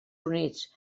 units